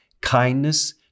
kindness